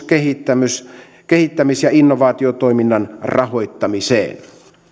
kehittämis kehittämis ja innovaatiotoiminnan rahoittamiseen